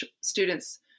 students